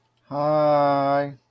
Hi